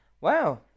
Wow